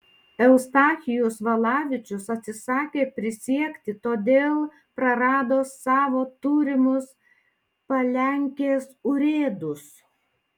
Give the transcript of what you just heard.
eustachijus valavičius atsisakė prisiekti todėl prarado savo turimus palenkės urėdus